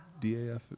DAF